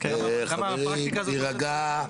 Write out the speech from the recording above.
אה, חברים, להירגע.